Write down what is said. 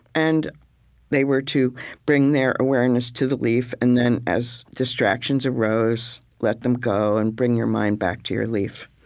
and they were to bring their awareness to the leaf and then as distractions arose, let them go, and bring your mind back to your leaf.